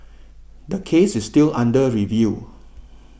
the case is still under review